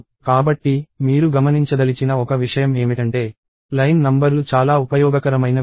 కాబట్టి మీరు గమనించదలిచిన ఒక విషయం ఏమిటంటే లైన్ నంబర్లు చాలా ఉపయోగకరమైన విషయం